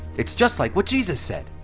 it's just like what jesus said,